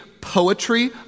poetry